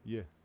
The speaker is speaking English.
Yes